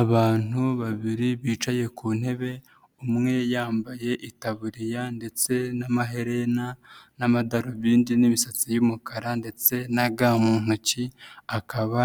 Abantu babiri bicaye ku ntebe umwe yambaye itaburiya ndetse n'amaherena n'amadarubindi n'imisatsi y'umukara ndetse na ga mu ntoki, akaba